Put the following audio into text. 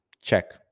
check